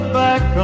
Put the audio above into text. back